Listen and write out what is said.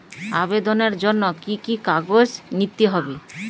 আবেদনের জন্য কি কি কাগজ নিতে হবে?